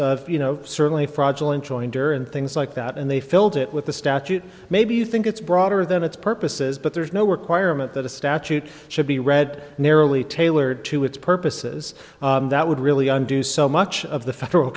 of you know certainly fraudulent jointure and things like that and they filled it with the statute maybe you think it's broader than its purposes but there's no requirement that a statute should be read narrowly tailored to its purposes that would really undo so much of the federal